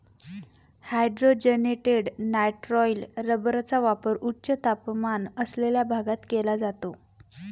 hydrogenated nitrile रबरचा वापर उच्च तापमान असलेल्या भागात केला जातो